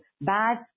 bad